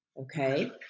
okay